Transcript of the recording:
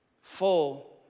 full